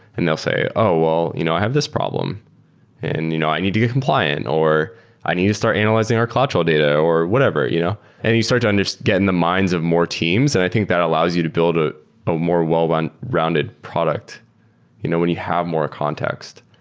and they'll say, oh! well, you know i have this problem and you know i need to get compliant, or i need to start analyzing our cloudtrail data or whatever. you know and you start to and to get in the minds of more teams, and i think that allows you to build ah a more well but rounded product you know when you have more context.